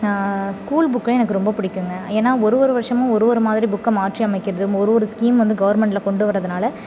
school புக்கும் எனக்கு ரொம்ப பிடிக்குங்க ஏனால் ஒரு ஒரு வருஷமும் ஒரு ஒரு மாதிரி புக்கை மாற்றி அமைக்கிறது ஒரு ஒரு ஸ்கீம் வந்து கவுர்மெண்டில் கொண்டு வர்றதுனால